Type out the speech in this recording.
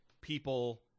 people